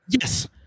Yes